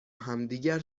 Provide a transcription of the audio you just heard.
همدیگر